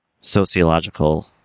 sociological